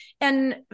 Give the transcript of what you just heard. And-